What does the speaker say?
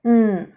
mm